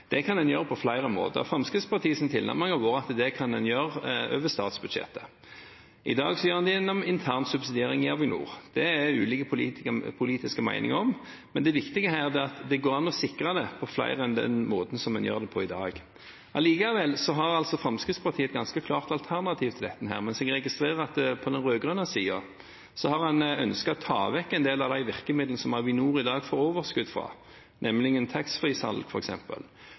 Det kan en gjøre på flere måter. Fremskrittspartiets tilnærming har vært at en kan gjøre det over statsbudsjettet. I dag gjør en det gjennom intern subsidiering i Avinor. Det er det ulike politiske meninger om, men det viktige er at det kan sikres på flere måter enn en gjør det i dag. Allikevel har Fremskrittspartiet et ganske klart alternativ til dette, men jeg registrerer at en på den rød-grønne siden har ønsket å ta vekk en del av virkemidlene som Avinor i dag får overskudd fra, f.eks. taxfreesalg, som genererer mye av overskuddet som gjør at en